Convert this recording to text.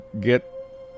get